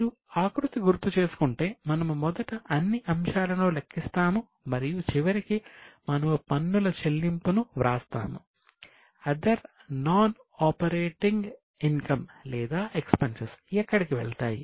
మీరు ఆకృతి గుర్తు చేసుకుంటే మనము మొదట అన్ని అంశాలను లెక్కిస్తాము మరియు చివరికి మనము పన్నుల చెల్లింపును వ్రాస్తాము